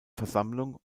versammlung